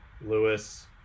lewis